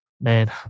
man